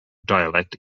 dialect